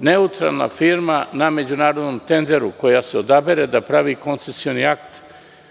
neutralna firma na međunarodnom tenderu koja se odabere da pravi koncesioni akt.